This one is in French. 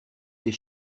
des